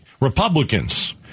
Republicans